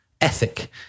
ethic